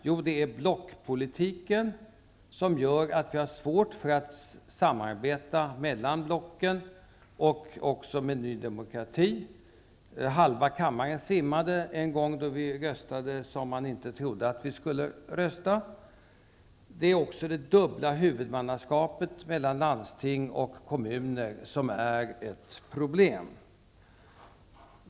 Jo, det är blockpolitiken som gör att man har svårt att samarbeta mellan blocken och också med Ny demokrati. Halva kammaren svimmade en gång då vi röstade som man inte trodde att vi skulle rösta. Det är också det dubbla huvudmannaskapet mellan landsting och kommuner som är ett problem.